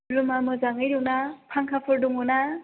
रुमा मोजाङै दंना फांखाफोर दङ ना